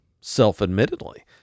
self-admittedly